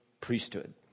priesthood